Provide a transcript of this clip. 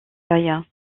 faille